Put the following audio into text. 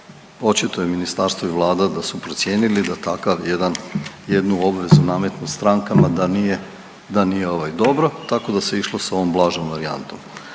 Očito je ministarstvo i Vlada da su procijenili da takav jedan, jednu obvezu nametne strankama da nije dobro tako da se išlo s ovom blažom varijantom.